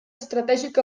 estratègic